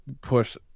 put